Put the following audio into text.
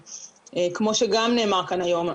כמו שגם נאמר כאן היום,